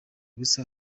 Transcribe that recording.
ubusa